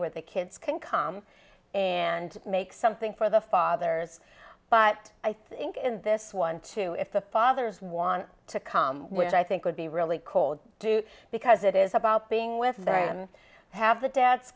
with the kids can come and make something for the fathers but i think in this one too if the fathers want to come which i think would be really cold do because it is about being with them have the dad